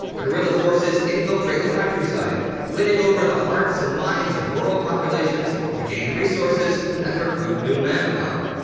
guerrilla forces infiltrate the countryside winning over the hearts and minds of rural populations to gain resources and recruit new manpower.